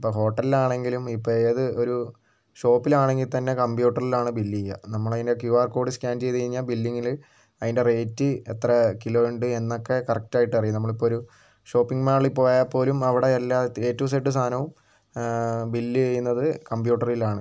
ഇപ്പം ഹോട്ടലിലാണെങ്കിലും ഇപ്പം ഏത് ഒരു ഷോപ്പിലാണെങ്കിൽ തന്നെ കമ്പ്യൂട്ടറിലാണ് ബില്ല് ചെയ്യുക നമ്മളതിൻ്റെ ക്യു ആർ കോഡ് സ്കാൻ ചെയ്തു കഴിഞ്ഞാൽ ബില്ലിങ്ങിൽ അതിൻ്റെ റേറ്റ് എത്ര കിലോ ഉണ്ട് എന്നൊക്കെ കറക്ടായിട്ടറിയും നമ്മളിപ്പം ഒരു ഷോപ്പിംഗ് മാളിൽ പോയാൽപ്പോലും അവിടെ എല്ലാ എ ടു സെഡ് സാധനവും ബില്ല് ചെയ്യുന്നത് കമ്പ്യൂട്ടറിലാണ്